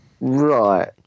Right